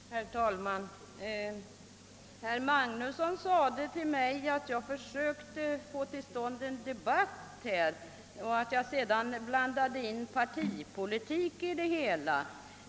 Herr talman! Herr Magnusson i Borås sade att jag försökte få till stånd en debatt och att jag blandade in partipolitik.